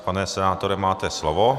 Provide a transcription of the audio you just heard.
Pane senátore, máte slovo.